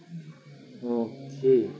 okay